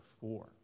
four